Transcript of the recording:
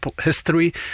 history